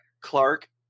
Clark